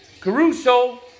Caruso